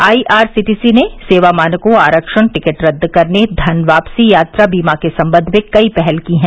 IRCT सी ने सेवा मानकों आरक्षण टिकट रद्द करने धन वापसी यात्रा बीमा के संबंध में कई पहल की हैं